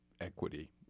equity